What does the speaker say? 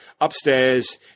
Upstairs